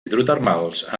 hidrotermals